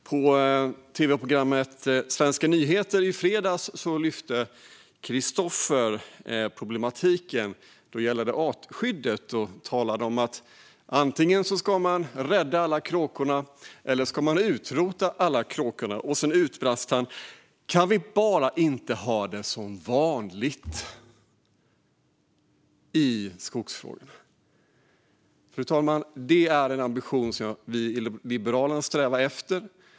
I tv-programmet Svenska nyheter i fredags lyfte programledaren Kristoffer problematiken gällande artskyddet och talade om att man antingen ska rädda alla kråkor eller utrota alla kråkor, och sedan utbrast han: Kan vi inte bara ha det som vanligt i skogsfrågorna! Fru talman! Det är en ambition som vi i Liberalerna strävar efter.